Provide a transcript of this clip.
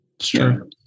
Sure